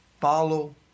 Follow